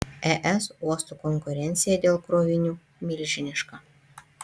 es uostų konkurencija dėl krovinių milžiniška